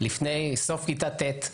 לפני סוף כיתה ט'.